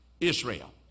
Israel